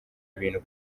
ibintu